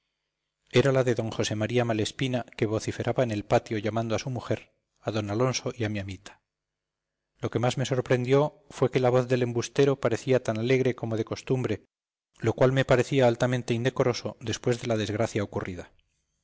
era la de d josé maría malespina que vociferaba en el patio llamando a su mujer a d alonso y a mi amita lo que más me sorprendió fue que la voz del embustero parecía tan alegre como de costumbre lo cual me parecía altamente indecoroso después de la desgracia ocurrida